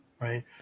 Right